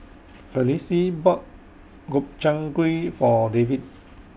Felicie bought Gobchang Gui For David